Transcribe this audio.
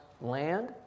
land